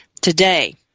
today